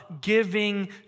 giving